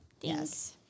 yes